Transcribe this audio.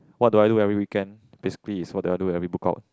what do I do every weekend basically is what that I do every book out